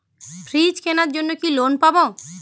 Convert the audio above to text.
Fridge কেনার জন্য কি লোন পাব?